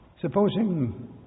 Supposing